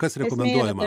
kas rekomenduojama